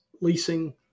leasing